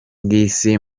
bw’isi